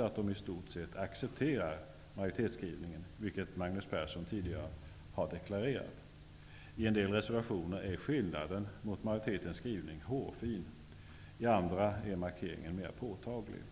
att de i stort sett accepterar majoritetens skrivning -- vilket Magnus Persson tidigare har deklararerat -- har känt behov av att markera egna ståndpunkter, visa större vilja och vara litet bättre än det som majoritetsskrivningarna ger uttryck för. I en del reservationer är skillnaden från majoritetens skrivning hårfin, i andra är markeringarna mer påtagliga.